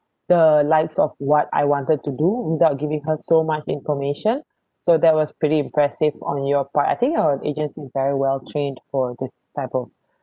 the likes of what I wanted to do without giving her so much information so that was pretty impressive on your part I think your agency is very well trained for this type of